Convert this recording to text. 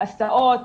הסעות,